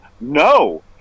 No